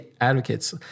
advocates